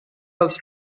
dels